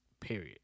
period